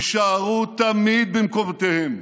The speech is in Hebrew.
יישארו תמיד במקומותיהם,